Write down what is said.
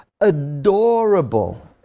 Adorable